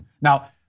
Now